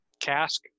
cask